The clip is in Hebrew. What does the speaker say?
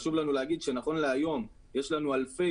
חשוב לנו להגיד שנכון להיום יש לנו אלפי